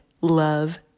love